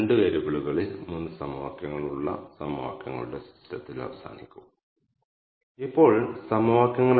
trip ക്ലസ്റ്ററിന് ഇനിപ്പറയുന്ന വിവരങ്ങളുണ്ട്